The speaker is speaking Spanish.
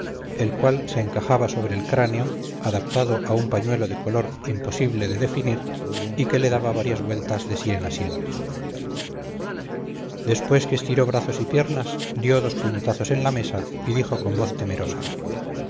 el cual se encajaba sobre el cráneo adaptado a un pañuelo de color imposible de definir y que le daba varias vueltas de sien a sien después que estiró brazos y piernas dio dos puñetazos en la mesa y dijo con voz temerosa